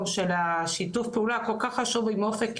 של השיתוף פעולה הכול כך חשוב עם אופק ישראל,